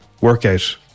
workout